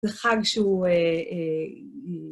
זה חג שהוא... אה.. אה..